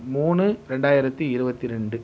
மூணு ரெண்டாயிரத்தி இருபத்தி ரெண்டு